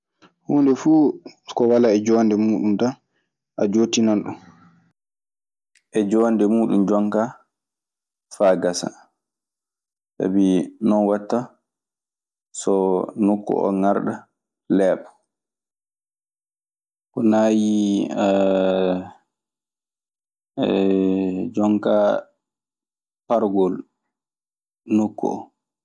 Huunde fuu ko walaa e joonde muuɗum tan, a jootinnan ɗum e joonde muuɗun jonkaa faa gasa. Sabi non waɗtaa so nokku oo ŋarɗa, leeɓa. Ko naayii jonkaa pargol nokku oo.